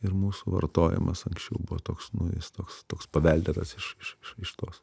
ir mūsų vartojimas anksčiau buvo toks nu jis toks toks paveldėtas iš iš iš tos